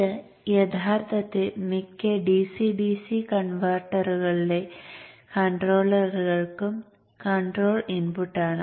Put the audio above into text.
ഇത് യഥാർത്ഥത്തിൽ മിക്ക DC DC കൺവെർട്ടറുകളിലെ കൺട്രോളറുകൾക്കും കൺട്രോൾ ഇൻപുട്ടാണ്